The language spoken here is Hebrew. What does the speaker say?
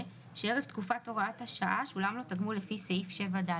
שערב תקופת הוראת השעה שולם לו תגמול לפי סעיף 7ד,"